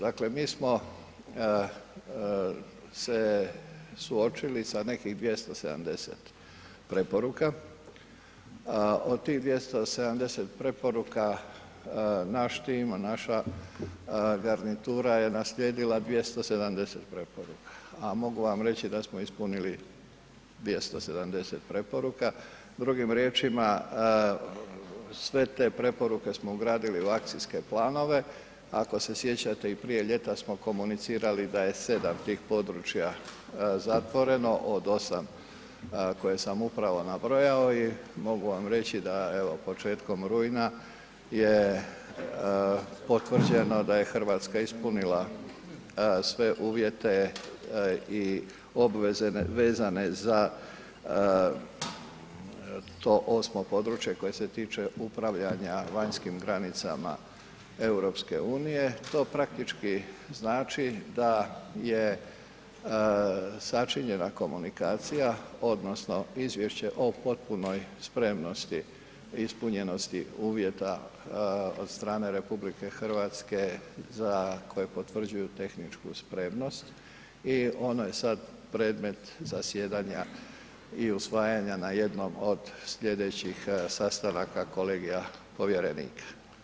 Dakle mi smo se suočili sa nekih 270 preporuka, od tih 270 preporuka naš tim, naša garnitura je naslijedila 270 preporuka a mogu vam reći da smo ispunili 270 preporuka, drugim riječima, sve te preporuke smo ugradili u akcijske planove, ako se sjećate i prije ljeta smo komunicirali da je 7 tih područja zatvoreno od 8 koje sam upravo nabrojao i mogu vam reći da evo, početkom rujna je potvrđeno da je Hrvatska ispunila sve uvjete i obveze vezane za to 8. područje koje se tiče upravljanja vanjskim granicama EU-a, to praktički znači da je sačinjena komunikacija odnosno izvješće o potpunoj spremnosti ispunjenosti uvjeta od strane RH za koje potvrđuju tehničku spremnosti i ono je sad predmet zasjedanja i usvajanja na jednom od slijedećih sastanaka kolegija povjerenika.